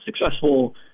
successful